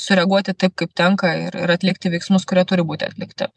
sureaguoti taip kaip tenka ir ir atlikti veiksmus kurie turi būti atlikti